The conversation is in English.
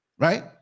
Right